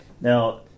now